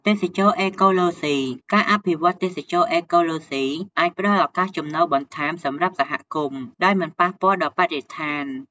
ទេសចរណ៍អេកូឡូស៊ី ការអភិវឌ្ឍន៍ទេសចរណ៍អេកូឡូស៊ី អាចផ្តល់ឱកាសចំណូលបន្ថែមសម្រាប់សហគមន៍ ដោយមិនប៉ះពាល់ដល់បរិស្ថាន។